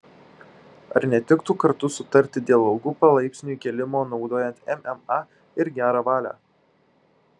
ar netiktų kartu sutarti dėl algų palaipsniui kėlimo naudojant mma ir gerą valią